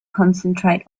concentrate